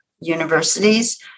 universities